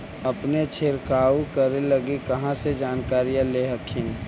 अपने छीरकाऔ करे लगी कहा से जानकारीया ले हखिन?